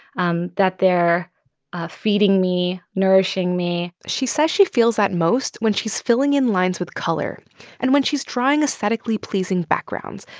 um that they're ah feeding me, nourishing me she says she feels that most when she's filling in lines with color and when she's drawing aesthetically pleasing backgrounds,